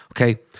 Okay